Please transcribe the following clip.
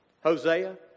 Hosea